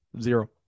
Zero